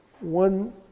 One